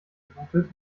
bootet